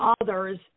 others